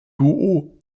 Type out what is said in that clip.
duo